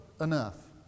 enough